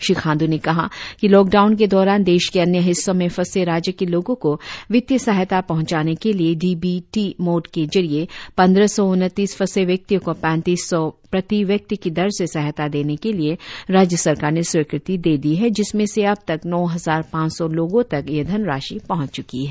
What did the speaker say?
श्री खांड्र ने कहा कि लॉकडाउन के दौरान देश के अन्य हिस्सों में फंसे राज्य के लोगों को वित्तीय सहायता पहंचाने के लिए डी बी टी मोड के जरिए पंद्रह सौ उनतीस फंसे व्यक्तियों को पैतीस सौ प्रति व्यक्ति की दर से सहायता देने के लिए राज्य सरकार ने स्वीकृति दे दी है जिसमें से अबतक नौ हजार पांच सौ लोगों तक यह धनराशि पहंच च्की है